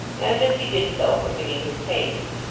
and as he did so quickening his pace.